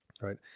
Right